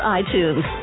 iTunes